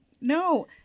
no